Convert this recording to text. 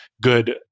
good